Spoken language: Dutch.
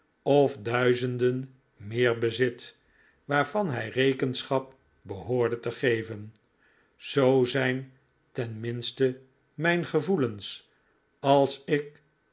of duizenden meer bezit waarvan hij rekenschap behoorde te geven zoo zijn ten minste mijn gevoelens als ik